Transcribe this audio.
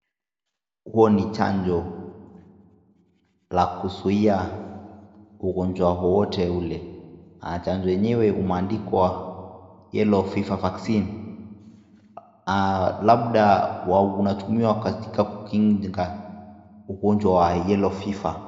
Huo ni chanjo la kuzuia ugonjwa wowote ule. Chanjo enyewe umeandikwa yellow fever vaccine labda unatumiwa katika kukinga ugonjwa wa Yellow fever .